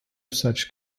such